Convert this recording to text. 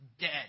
dead